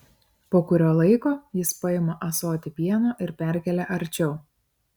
po kurio laiko jis paima ąsotį pieno ir perkelia arčiau